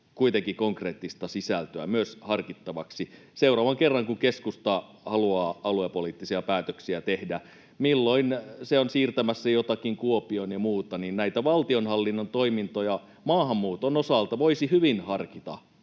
kuitenkin konkreettista sisältöä myös harkittavaksi. Seuraavan kerran, kun keskusta haluaa aluepoliittisia päätöksiä tehdä, milloin se on siirtämässä jotakin Kuopioon ja muuta, niin näitä valtionhallinnon toimintoja maahanmuuton osalta voisi hyvin harkita